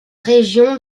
région